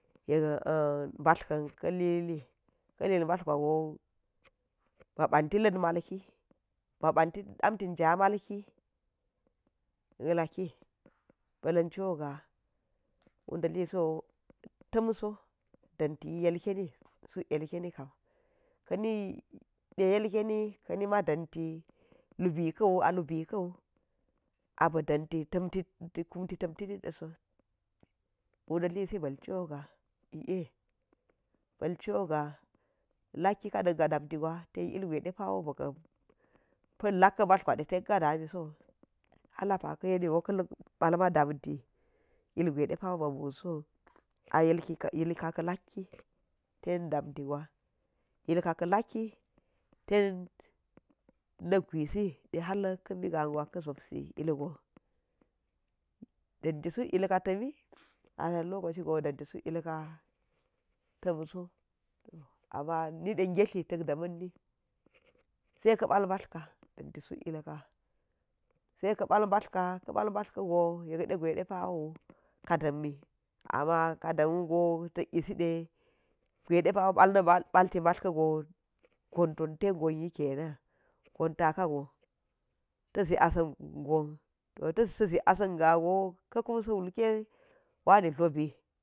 Yek mɓa̱ ka̱n kalili ka li mɓa̱ gwa ga ba banti la̱t maltki, ba ba̱nti danti ja malki yet laki balan cho ga̱wudaliso tamso danti yilkeni suk yelkeni kam, kam de yelkeni ka̱ ni ma danti lubi kan a ubu kana bi dan kunti tamfi mdaso wudalisi ba̱l cho ga̱ a̱ i e, bal cho ga laki ka̱ danga danti gwa ilgwe depawo pa̱l laka mbati gwa de ten ka damiso hal apa kv yemi wo ka̱ luk pal ma samfi, ilgwe depawo ba bunsow a yilka ka̱ lak ki ten dam ti ten na̱ gwisi de hal ka mbi gagwa ka zopsi ilgwan danti suk yilka tami a na lo kaci gon wo danti suk yilka tam so, to an nide getli atla damani sai ka̱ ba̱al mbati ka̱ ba̱ mbatl ka yek degwe depawo ka damin ama ka̱ dam wu go tak yisi de gwe depa wo pal na baltimbati ka̱ go, gon ton tan gon yi kenan, gon taka gon tazi asan gwan to sa zik asan ga go ka̱ kum sa̱ wulke wani dlobi.